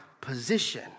position